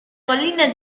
colina